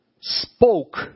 spoke